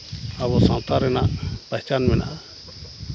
ᱟᱵᱚ ᱥᱟᱶᱛᱟ ᱨᱮᱱᱟᱜ ᱯᱮᱦᱪᱟᱱ ᱢᱮᱱᱟᱜᱼᱟ